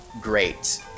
Great